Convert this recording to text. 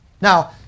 Now